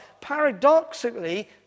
paradoxically